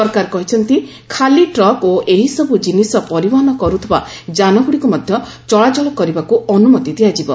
ସରକାର କହିଛନ୍ତି ଖାଲି ଟ୍ରକ୍ ଓ ଏହିସବୁ ଜିନିଷ ପରିବହନ କରୁଥିବା ଯାନଗୁଡ଼ିକୁ ମଧ୍ୟ ଚଳାଚଳ କରିବାକୁ ଅନୁମତି ଦିଆଯିବ